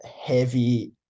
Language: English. heavy